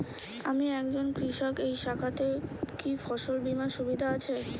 আমি একজন কৃষক এই শাখাতে কি ফসল বীমার সুবিধা আছে?